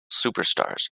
superstars